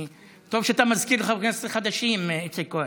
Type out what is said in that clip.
טוב שאתה מזכיר לחברי הכנסת החדשים, איציק כהן.